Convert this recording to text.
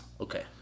Okay